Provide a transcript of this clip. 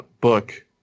book